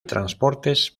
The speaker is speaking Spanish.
transportes